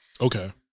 Okay